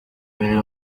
biri